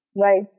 right